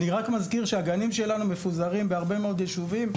אני רק מזכיר שהגנים שלנו מפוזרים בהרבה מאוד ישובים.